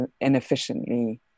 inefficiently